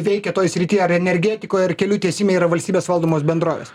veikia toj srity ar energetikoj ar kelių tiesime yra valstybės valdomos bendrovės